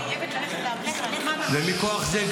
ומכוח זה,